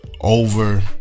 over